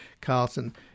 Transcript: Carlson